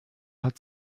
hat